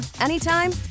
anytime